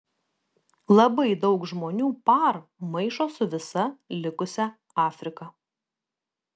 labai daug žmonių par maišo su visa likusia afrika